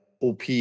OP